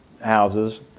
houses